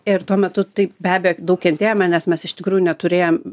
ir tuo metu taip be abejo daug kentėjome nes mes iš tikrųjų neturėjom